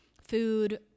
food